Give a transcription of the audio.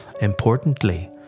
Importantly